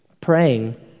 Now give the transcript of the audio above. praying